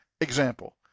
Example